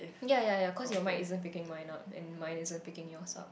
ya ya ya cause your mic isn't picking mine up and mine isn't picking yours up